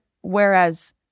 whereas